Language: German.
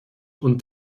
und